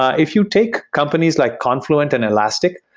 if you take companies like confluent and elastic,